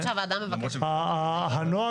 בוועדת